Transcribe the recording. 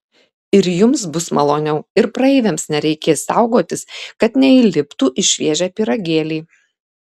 ir jums bus maloniau ir praeiviams nereikės saugotis kad neįliptų į šviežią pyragėlį